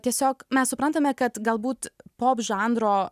tiesiog mes suprantame kad galbūt pop žanro